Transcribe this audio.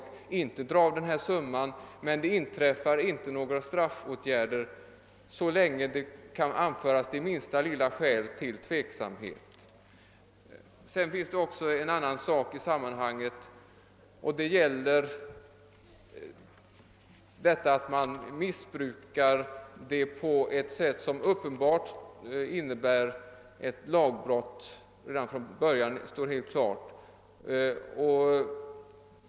Då får företaget bara inte dra av den kostnad det gäller, men så länge det finns minsta anledning till tveksamhet medför åtgärden ingen straffpåföljd. En annan sak är om det redan från början står klart att någon missbrukat avdragsrätten på ett sätt som uppenbart innebär ett lagbrott.